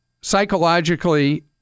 psychologically